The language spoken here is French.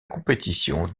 compétition